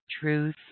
Truth